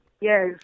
Yes